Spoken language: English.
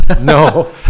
no